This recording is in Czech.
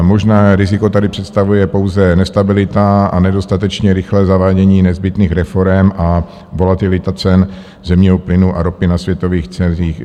Možné riziko tady představuje pouze nestabilita a nedostatečně rychlé zavádění nezbytných reforem a volatilita cen zemního plynu a ropy na světových trzích.